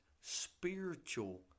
Spiritual